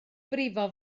brifo